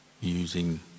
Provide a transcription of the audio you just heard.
using